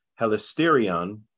helisterion